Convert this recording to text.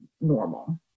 normal